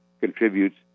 contributes